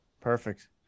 Perfect